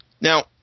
now